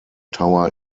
tower